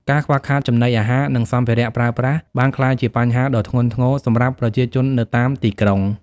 ការខ្វះខាតចំណីអាហារនិងសម្ភារៈប្រើប្រាស់បានក្លាយជាបញ្ហាដ៏ធ្ងន់ធ្ងរសម្រាប់ប្រជាជននៅតាមទីក្រុង។